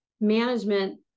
management